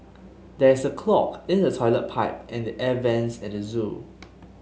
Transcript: there is a clog in the toilet pipe and the air vents at the zoo